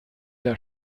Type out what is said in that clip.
der